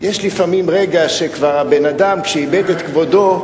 יש לפעמים רגע שכבר אדם שאיבד את כבודו,